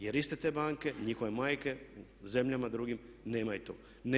Jer iste te banke, njihove majke u zemljama drugim, nemaju to.